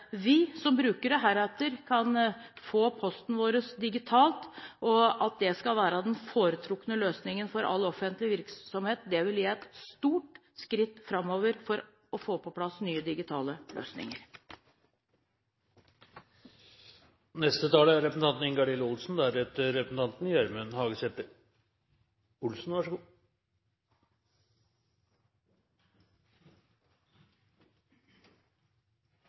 vi som brukere heretter kan få posten vår digitalt, og at dette skal være den foretrukne løsningen for all offentlig virksomhet, vil være et stort skritt framover for å få på plass nye digitale